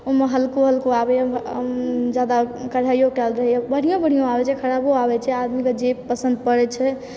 ऊमऽ हल्को हल्को आबैए ज्यादा कढ़ाइयो कयल रहैए बढ़ियो बढ़ियो आबै छै खराबो आबै छै आदमीकऽ जे पसन्द पड़ै छै